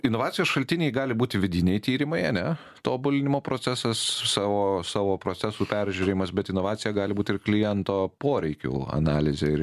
inovacijos šaltiniai gali būti vidiniai tyrimai ane tobulinimo procesas su savo savo procesų peržiūrėjimas bet inovacija gali būt ir kliento poreikių analizė ir